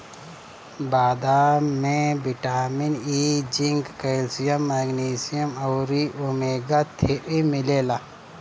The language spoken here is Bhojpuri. बदाम में vitamin E, zinc, calcium, magnesium अउरी ओमेगा थ्री मिलेला